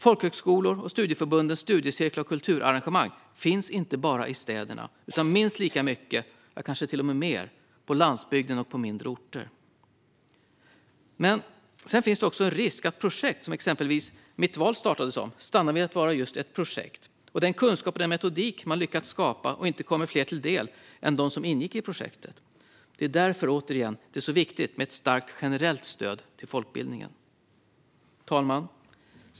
Folkhögskolor och studieförbundens studiecirklar och kulturarrangemang finns inte bara i städerna utan minst lika mycket, kanske till och med mer, på landsbygden och mindre orter. Det finns dock en risk för att projekt, likt det Mitt Val startade som, stannar vid att vara just projekt och att den kunskap och den metodik man lyckats skapa inte kommer fler till del än dem som ingick i projektet. Det är återigen därför som det är så viktigt med ett starkt generellt stöd till folkbildningen. Fru talman!